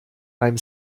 beim